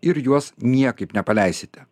ir juos niekaip nepaleisite